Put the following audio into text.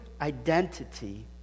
identity